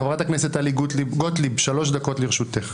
חברת הכנסת טלי גוטליב, שלוש דקות לרשותך.